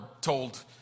told